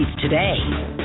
today